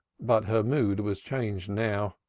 but her mood was changed now.